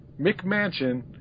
McMansion